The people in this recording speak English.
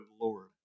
Lord